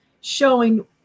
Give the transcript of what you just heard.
showing